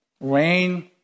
Rain